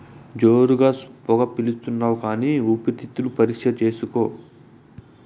జోరుగా పొగ పిలిస్తాండావు కానీ ఊపిరితిత్తుల పరీక్ష చేయించుకో